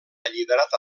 alliberat